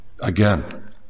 again